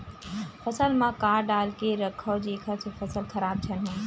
फसल म का डाल के रखव जेखर से फसल खराब झन हो?